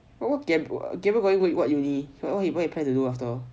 gabriel going what uni what he planning to do after